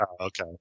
Okay